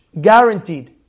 Guaranteed